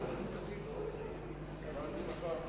אדוני היושב-ראש, כנסת נכבדה, אני מתכבד להביא